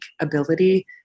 ability